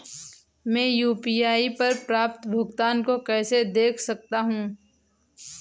मैं यू.पी.आई पर प्राप्त भुगतान को कैसे देख सकता हूं?